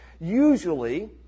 usually